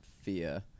fear